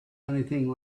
anything